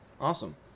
Awesome